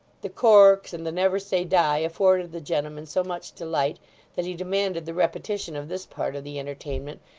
the corks, and the never say die afforded the gentleman so much delight that he demanded the repetition of this part of the entertainment,